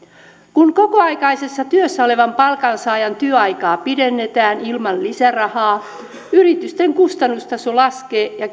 kun kokoaikaisessa työssä olevan palkansaajan työaikaa pidennetään ilman lisärahaa yritysten kustannustaso laskee ja